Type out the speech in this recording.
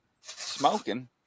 smoking